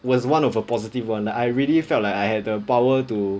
was one of a positive one like I really felt like I had the power to